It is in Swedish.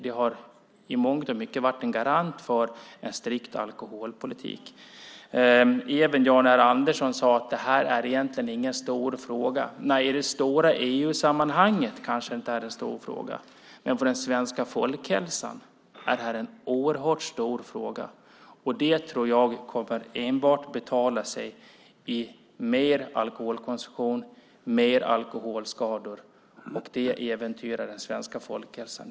De har i mångt och mycket varit en garant för en strikt alkoholpolitik. Jan R Andersson sade att det här egentligen inte är någon stor fråga. Nej, i det stora EU-sammanhanget kanske det inte är någon stor fråga, men för den svenska folkhälsan är det en oerhört stor fråga. Detta tror jag kommer att leda till större alkoholkonsumtion och mer alkoholskador. Det äventyrar den svenska folkhälsan.